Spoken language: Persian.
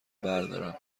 بردارم